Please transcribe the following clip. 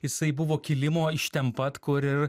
jisai buvo kilimo iš ten pat kur ir